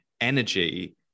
energy